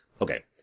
okay